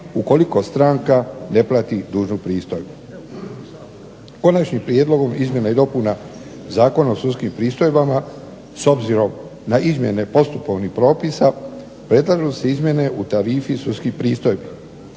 ukoliko stranka ne plati dužnu pristojbu. Konačni prijedlogom izmjena i dopuna Zakona o sudskim pristojbama s obzirom na izmjene postupovnih propisa predlažu se izmjene u tarifi sudskih pristojbi.